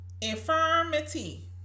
Infirmity